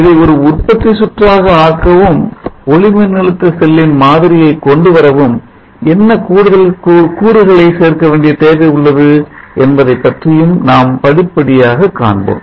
இதை ஒரு உற்பத்தி சுற்றாக ஆக்கவும் ஒளிமின்னழுத்த செல்லின் மாதிரியை கொண்டுவரவும் என்ன கூடுதல் கூறுகளை சேர்க்க வேண்டிய தேவை உள்ளது என்பதைப் பற்றியும் நாம் படிப்படியாக காண்போம்